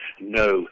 No